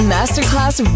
Masterclass